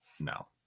no